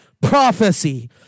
prophecy